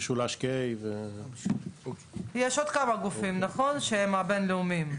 יש עוד כמה גופים שהם בין לאומיים.